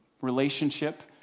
relationship